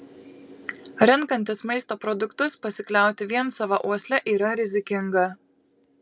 renkantis maisto produktus pasikliauti vien sava uosle yra rizikinga